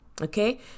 Okay